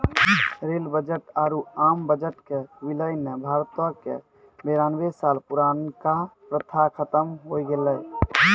rail budget आरु आम budget के विलय ने भारतो के बेरानवे साल पुरानका प्रथा खत्म होय गेलै